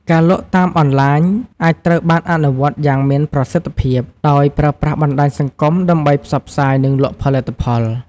ការលក់តាមអនឡាញអាចត្រូវបានអនុវត្តយ៉ាងមានប្រសិទ្ធភាព ដោយប្រើប្រាស់បណ្ដាញសង្គមដើម្បីផ្សព្វផ្សាយ និងលក់ផលិតផល។